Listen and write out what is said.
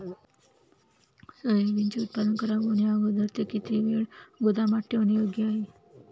सोयाबीनचे उत्पादन खराब होण्याअगोदर ते किती वेळ गोदामात ठेवणे योग्य आहे?